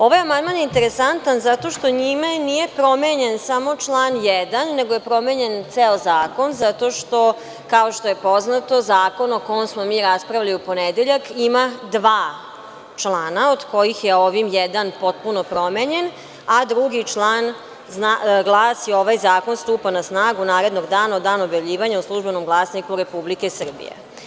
Ovaj amandman je interesantan zato što njime nije promenjen samo član 1, nego je promenjen ceo zakon zato što, kao što je poznato, zakon o kom smo mi raspravljali u ponedeljak ima dva člana, od kojih je ovim jedan potpuno promenjen, a drugi član glasi – ovaj zakon stupa na snagu narednog dana od dana objavljivanja u „Službenom glasniku Republike Srbije“